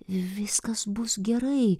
viskas bus gerai